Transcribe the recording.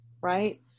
right